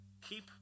Keep